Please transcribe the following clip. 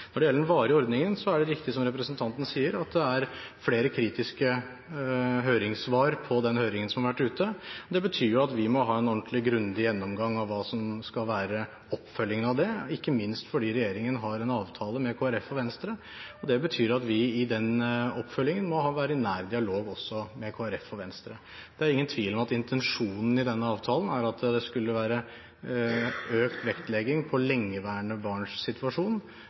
Når det gjelder den varige ordningen, er det riktig som representanten sier, at det er flere kritiske høringssvar i den høringen som har vært ute. Det betyr at vi må ha en ordentlig, grundig gjennomgang av hva som skal være oppfølgingen av det, ikke minst fordi regjeringen har en avtale med Kristelig Folkeparti og Venstre. Det betyr at vi i den oppfølgingen må være i nær dialog også med Kristelig Folkeparti og Venstre. Det er ingen tvil om at intensjonen i denne avtalen er at det skulle være økt vektlegging på lengeværende barns situasjon,